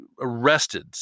arrested